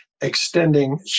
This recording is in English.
extending